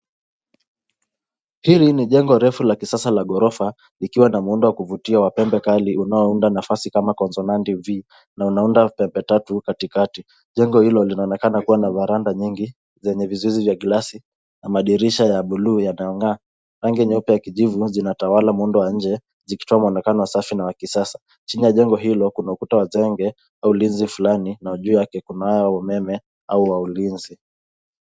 Hili ni jengo refu la kisasa la gorofa lenye muundo wa kuvutia wenye pembe kali. Lina umbo la kifasaha kama konzo nandi vii na linaunda pembe tatu katikati. Jengo hilo linaonekana kuwa na baranda nyingi zenye vizuizi vya kioo ama madirisha ya buluu ya kung’aa. Rangi yake ni ya kijivu yenye mwanga na inaonyesha muundo wa nje uliosafi na wa kisasa. Chini ya jengo hilo kuna ukuta wa uzio wa ulinzi fulani na unaonyesha kuwa kuna mfumo wa umeme au ulinzi.